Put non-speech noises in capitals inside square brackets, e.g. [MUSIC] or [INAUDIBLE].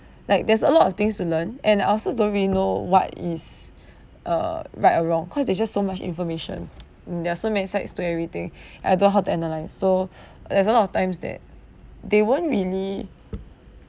like there's a lot of things to learn and I also don't really know what is [BREATH] uh right or wrong cause there's just so much information mm there are so many sides to everything [BREATH] and I don't know how to analyse so [BREATH] there's a lot of times that they won't really